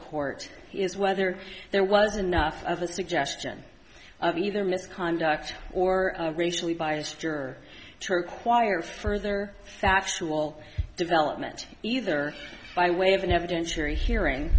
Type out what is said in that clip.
court is whether there was enough of a suggestion of either misconduct or racially biased juror church choir further factual development either by way of an evidentiary hearing